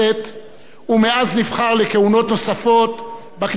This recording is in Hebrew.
ומאז נבחר לכהונות נוספות בכנסת הרביעית,